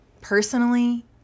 personally